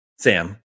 Sam